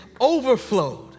overflowed